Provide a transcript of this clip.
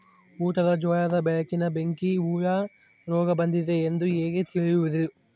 ಊಟದ ಜೋಳದ ಬೆಳೆಗೆ ಬೆಂಕಿ ಹುಳ ರೋಗ ಬಂದಿದೆ ಎಂದು ಹೇಗೆ ತಿಳಿಯುವುದು?